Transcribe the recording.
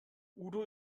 udo